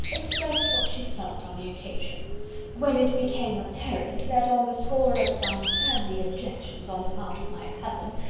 expressed what she felt on the occasion when it became apparent, that on the score of some family objections on the part of my cousin,